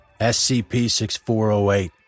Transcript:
SCP-6408